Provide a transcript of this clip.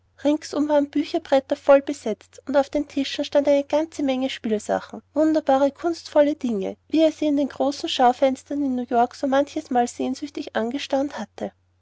ringsum waren bücherbretter voll besetzt und auf den tischen stand eine ganze menge spielsachen wunderbare kunstvolle dinge wie er sie an den großen schaufenstern in new york so manches mal sehnsüchtig angestaunt hatte